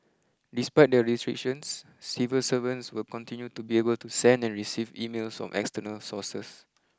despite the restrictions civil servants will continue to be able to send and receive emails from external sources